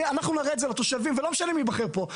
אנחנו נראה את זה לתושבים, ולא משנה מי ייבחר פה.